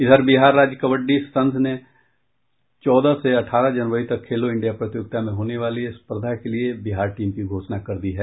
इधर बिहार राज्य कबड्डी संघ ने चौदह से अठारह जनवरी तक खेलो इंडिया प्रतियोगिता में होने वाली स्पर्धा के लिए बिहार टीम की घोषणा कर दी है